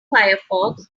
firefox